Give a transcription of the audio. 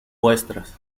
vuestras